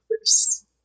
first